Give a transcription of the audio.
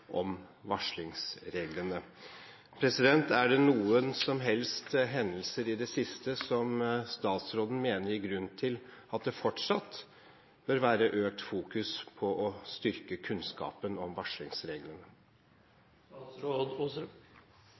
om varslingsreglene. Er det noen hendelser i det siste som statsråden mener gir grunn til at det fortsatt bør være økt fokus på å styrke kunnskapen om